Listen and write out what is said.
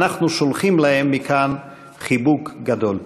ואנחנו שולחים להם מכאן חיבוק גדול.